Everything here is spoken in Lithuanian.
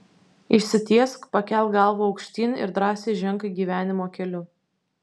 išsitiesk pakelk galvą aukštyn ir drąsiai ženk gyvenimo keliu